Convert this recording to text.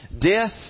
Death